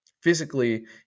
physically